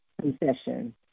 concession